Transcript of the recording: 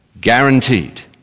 Guaranteed